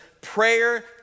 prayer